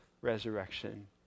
resurrection